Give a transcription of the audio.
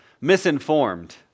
misinformed